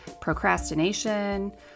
procrastination